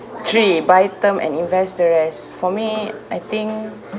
three by term and invest the rest for me I think